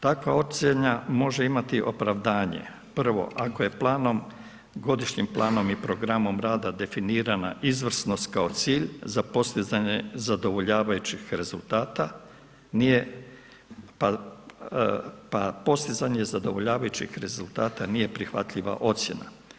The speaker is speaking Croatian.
Takva ocjena može imati opravdanje prvo, ako je planom, godišnjim planom i programom rada definirana izvrsnost kao cilj za postizanje zadovoljavajućih rezultata, nije, pa postizanje zadovoljavajućih rezultata nije prihvatljiva ocjena.